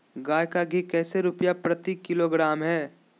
गाय का घी कैसे रुपए प्रति किलोग्राम है?